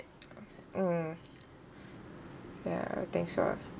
mm ya everything's sort of